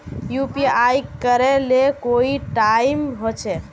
UPI करे ले कोई टाइम होचे?